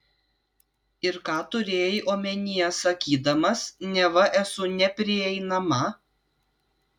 ir ką turėjai omenyje sakydamas neva esu neprieinama